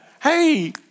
hey